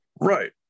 Right